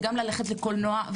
וגם ללכת לקולנוע,